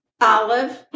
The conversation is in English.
Olive